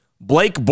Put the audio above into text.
Blake